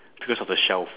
because of the shell